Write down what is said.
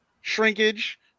shrinkage